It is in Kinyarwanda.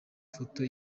foto